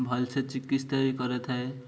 ଭଲସେ ଚିକିତ୍ସା ବି କରିଥାଏ